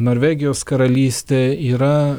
norvegijos karalyste yra